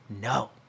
no